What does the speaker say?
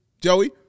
Joey